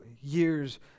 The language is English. years